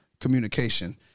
communication